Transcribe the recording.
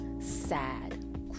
sad